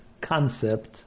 concept